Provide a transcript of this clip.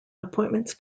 appointments